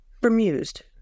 bemused